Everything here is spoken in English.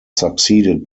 succeeded